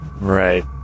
Right